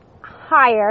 higher